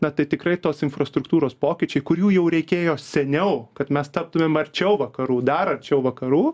na tai tikrai tos infrastruktūros pokyčiai kurių jau reikėjo seniau kad mes taptumėm arčiau vakarų dar arčiau vakarų